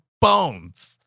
bones